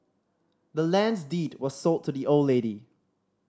the land's deed was sold to the old lady